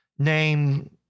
name